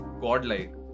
godlike